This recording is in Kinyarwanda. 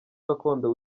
gakondo